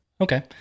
Okay